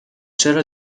چرا